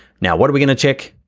now, what are we gonna check?